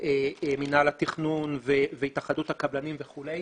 מינהל התכנון, התאחדות הקבלנים וכולי